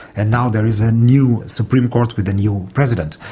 and now there is a new supreme court with a new president.